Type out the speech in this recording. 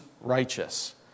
righteous